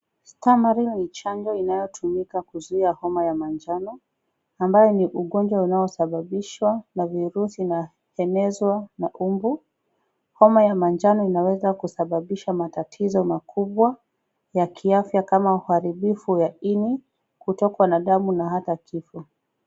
Stamaril ni chanjo inayotumika kuzuia homa ya manjano ambayo ni ugonjwa unaosababishwa na virusi, na kuenezwa na umbu. Homa ya manjano inaweza kusababisha matatizo makubwa ya kiafya, kama uharibifu ya ini, kutokwa na damu na hata kifo.